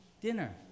dinner